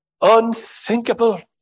Unthinkable